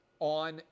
on